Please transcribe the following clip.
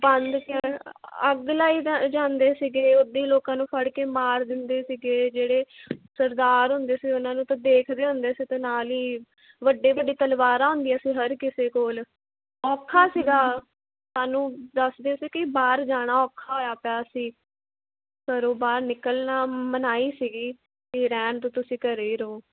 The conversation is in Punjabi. ਬੰਦ ਕ ਅੱਗ ਲਾਈ ਜਾਂਦੇ ਸੀਗੇ ਉੱਦਾਂ ਹੀ ਲੋਕਾਂ ਨੂੰ ਫੜ ਕੇ ਮਾਰ ਦਿੰਦੇ ਸੀਗੇ ਜਿਹੜੇ ਸਰਦਾਰ ਹੁੰਦੇ ਸੀ ਉਹਨਾਂ ਨੂੰ ਤਾਂ ਦੇਖਦੇ ਹੁੰਦੇ ਸੀ ਅਤੇ ਨਾਲ ਹੀ ਵੱਡੇ ਵੱਡੇ ਤਲਵਾਰਾਂ ਹੁੰਦੀਆਂ ਸੀ ਹਰ ਕਿਸੇ ਕੋਲ ਔਖਾ ਸੀਗਾ ਸਾਨੂੰ ਦੱਸਦੇ ਸੀ ਕਿ ਬਾਹਰ ਜਾਣਾ ਔਖਾ ਹੋਇਆ ਪਿਆ ਸੀ ਘਰੋਂ ਬਾਹਰ ਨਿਕਲਣਾ ਮਨਾਹੀ ਸੀਗੀ ਵੀ ਰਹਿਣ ਦਿਓ ਤੁਸੀਂ ਘਰੇ ਹੀ ਰਹੋ